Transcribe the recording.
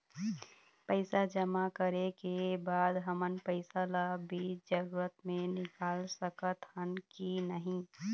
पैसा जमा करे के बाद हमन पैसा ला बीच जरूरत मे निकाल सकत हन की नहीं?